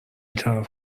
طرف